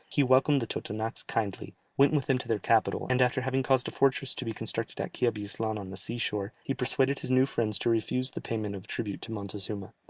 he welcomed the totonacs kindly, went with them to their capital, and after having caused a fortress to be constructed at quiabislan on the sea-shore, he persuaded his new friends to refuse the payment of tribute to montezuma.